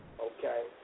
Okay